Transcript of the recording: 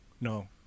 No